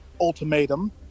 ultimatum